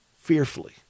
fearfully